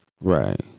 Right